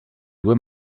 due